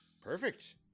perfect